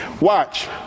Watch